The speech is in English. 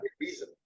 reason